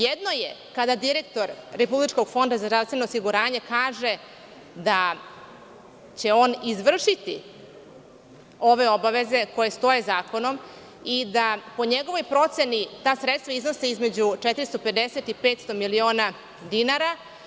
Jedno je kada direktor Republičkog fonda za zdravstveno osiguranje kaže – da će on izvršiti ove obaveze koje stoje zakonom i da po njegovoj proceni ta sredstva iznose između 450 i 500 miliona dinara.